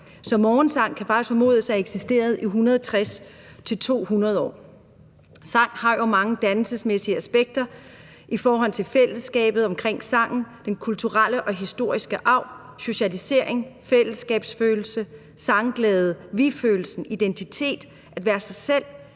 Så morgensang kan faktisk formodes at have eksisteret i 160-200 år. Sang har jo mange dannelsesmæssige aspekter i forhold til fællesskabet omkring sangen, den kulturelle og historiske arv, socialisering, fællesskabsfølelse, sangglæde, vi-følelse, identitet, at være sig selv,